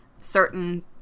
certain